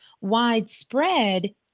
widespread